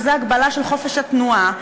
שזה הגבלה של חופש התנועה,